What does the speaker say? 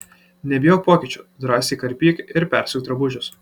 nebijok pokyčių drąsiai karpyk ir persiūk drabužius